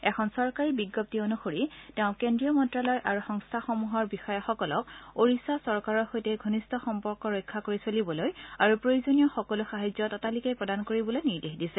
এখন চৰকাৰী বিজ্ঞপ্তি অনুসৰি তেওঁ কেন্দ্ৰীয় মন্তালয় আৰু সংস্থাসমূহৰ বিষয়সকলক ওড়িশা চৰকাৰৰ সৈতে ঘনিষ্ঠ সম্পৰ্ক ৰক্ষা কৰি চলিবলৈ আৰু প্ৰয়োজনীয় সকলো সাহায্য ততালিকে প্ৰদান কৰিবলৈ নিৰ্দেশ দিছে